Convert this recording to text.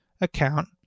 account